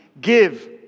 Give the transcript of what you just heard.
Give